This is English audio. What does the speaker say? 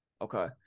Okay